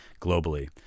globally